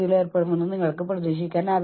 പൂർണമായും ജങ്ക് ഫുഡിൽ നിങ്ങൾ അതിജീവിക്കുന്നു